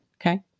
Okay